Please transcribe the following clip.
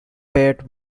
pet